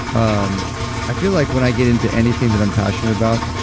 um i feel like when i get into anything that i'm passionate about,